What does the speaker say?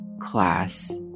class